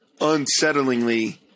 unsettlingly